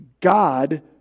God